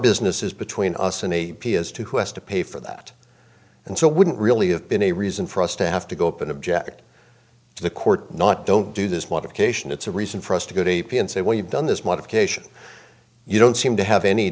business is between us and a p as to who has to pay for that and so wouldn't really have been a reason for us to have to go up and object to the court not don't do this modification it's a reason for us to go deep inside when you've done this modification you don't seem to have any